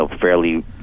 fairly